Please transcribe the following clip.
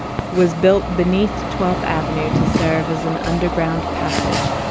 was built beneath twelfth avenue to serve as an underground passage.